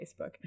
Facebook